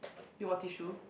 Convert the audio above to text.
you got tissue